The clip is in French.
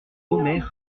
omer